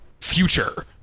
future